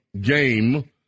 game